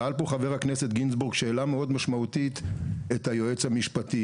שאל פה חבר הכנסת גינזבורג שאלה מאוד משמעותית את היועץ המשפטי,